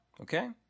Okay